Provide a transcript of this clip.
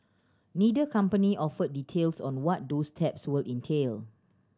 neither company offered details on what those steps will entail